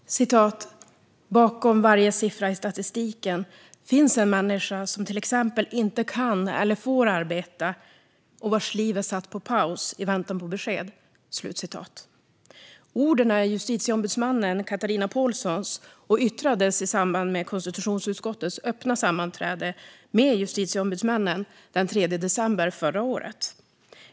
Herr talman! "Bakom varje siffra i statistiken finns en människa som till exempel inte kan eller får arbeta och vars liv är satt på paus i väntan på besked." Orden är justitieombudsman Katarina Påhlssons och yttrades i samband med konstitutionsutskottets öppna sammanträde med justitieombudsmännen den 3 december förra året.